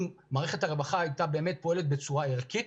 אם מערכת הרווחה הייתה באמת פועלת בצורה ערכית